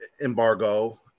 embargo